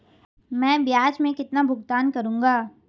मैं ब्याज में कितना भुगतान करूंगा?